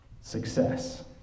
success